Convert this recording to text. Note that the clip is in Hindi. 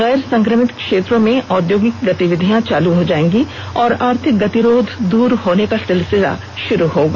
गैर संक्रमित क्षेत्रों में औद्योगिक गतिविधियां चालू हो जाएंगी और आर्थिक गतिरोध दूर होने का सिलसिला शुरू होगा